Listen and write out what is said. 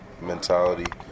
mentality